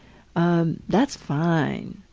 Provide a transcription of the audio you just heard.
um that's fine.